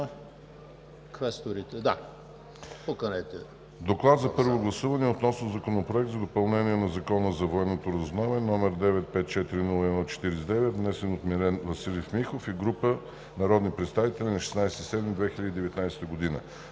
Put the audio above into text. „ДОКЛАД за първо гласуване относно Законопроект за допълнение на Закона за военното разузнаване, № 954-01-49, внесен от Милен Василев Михов и група народни представители на 16 юли 2019 г.